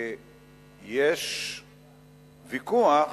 יש ויכוח